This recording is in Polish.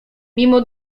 mimo